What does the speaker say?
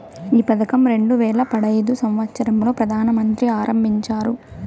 ఈ పథకం రెండు వేల పడైదు సంవచ్చరం లో ప్రధాన మంత్రి ఆరంభించారు